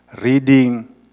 reading